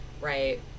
right